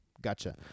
Gotcha